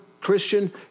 Christian